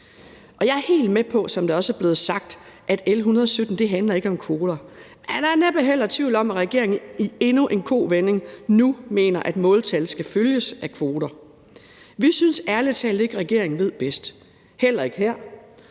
er blevet sagt, at L 117 ikke handler om kvoter. Men der er næppe heller tvivl om, at regeringen i endnu en kovending nu mener, at måltal skal følges af kvoter. Vi synes ærlig talt ikke, at regeringen ved bedst – heller ikke her